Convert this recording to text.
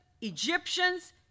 Egyptians